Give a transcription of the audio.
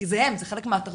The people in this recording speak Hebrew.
זה הם, זה חלק מהתרבות.